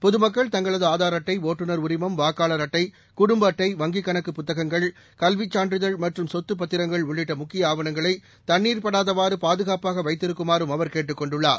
பொதுமக்கள் தங்களதுஆதார் அட்டை ஒட்டுநர் உரிமம் வாக்காளர் அட்டை குடும்பஅட்டை கணக்குப் கல்விச் வங்கிக் புத்தகங்கள் சான்றிதழ் மற்றும் சொத்தபத்திரங்கள் உள்ளிட்டமுக்கியஆவணங்களைதண்ணீர் படாதவாறு பாதுகாப்பாகவைத்திருக்குமாறும் அவர் கேட்டுக் கொண்டுள்ளார்